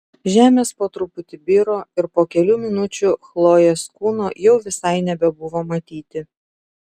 žemės po truputį biro ir po kelių minučių chlojės kūno jau visai nebebuvo matyti